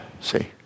See